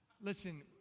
listen